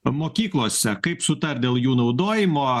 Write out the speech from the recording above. mokyklose kaip sutart dėl jų naudojimo